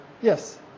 Yes